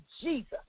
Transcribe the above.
Jesus